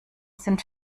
sind